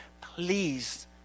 please